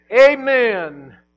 Amen